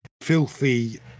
filthy